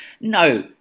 no